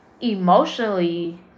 emotionally